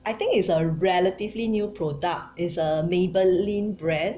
I think it's a relatively new product it's a Maybelline brand